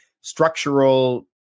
structural